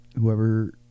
Whoever